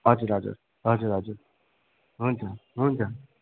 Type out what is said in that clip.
हजुर हजुर हजुर हजुर हुन्छ हुन्छ